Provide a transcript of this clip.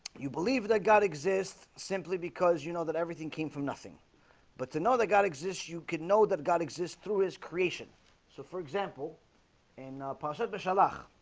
you believe that god exists simply because you know that everything came from nothing but to know that god exists exists you can know that god exists through his creation so for example in possible salah